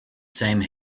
same